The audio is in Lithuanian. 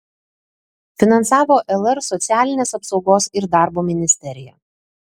finansavo lr socialinės apsaugos ir darbo ministerija